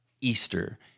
Easter